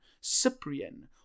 Cyprian